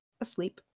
asleep